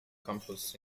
campus